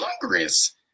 Congress